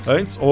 Antes